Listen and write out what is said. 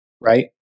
right